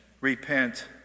Repent